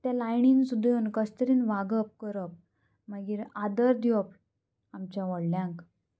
त्या लायनीन सुद्दां कशे तरेन वागप करप मागीर आदर दिवप आमच्या व्हडल्यांक